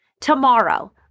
tomorrow